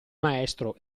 maestro